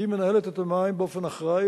היא מנהלת את המים באופן אחראי,